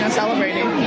celebrating